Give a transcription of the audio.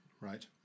Right